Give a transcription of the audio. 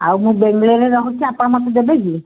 ଆଉ ମୁଁ ବାଙ୍ଗଲୋରରେ ରହୁଛି ଆପଣ ମୋତେ ଦେବେ କିି